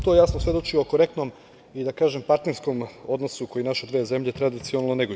To jasno svedoči o korektnom i, da kažem, partnerskom odnosu koji naše dve zemlje tradicionalno neguju.